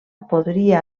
podria